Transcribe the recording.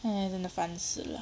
eh 真的烦死了